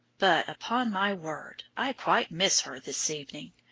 but, upon my word, i quite miss her this evening.